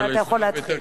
אתה יכול להתחיל.